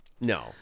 No